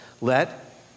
Let